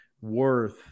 worth